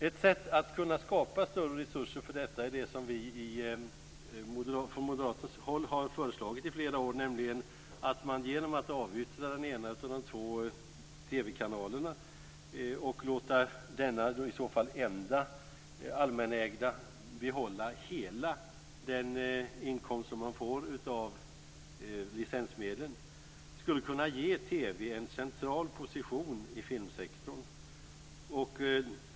Ett sätt att kunna skapa större resurser för detta är det som vi från Moderaternas håll har föreslagit i flera år, nämligen att man avyttrar den ena av de två TV-kanalerna och låter denna, i så fall enda allmänägda, behålla hela den inkomst man får av licensmedlen. Detta skulle kunna ge TV en central position i filmsektorn.